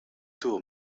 tour